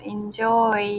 Enjoy